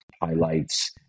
highlights